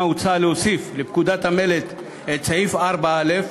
הוצע להוסיף לפקודת המלט את סעיף 4א,